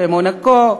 במונקו,